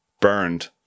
burned